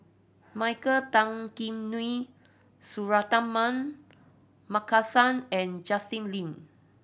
Michael Tan Kim Nei Suratman Markasan and Justin Lean